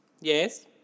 Yes